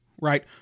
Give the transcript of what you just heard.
right